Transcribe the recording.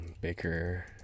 Baker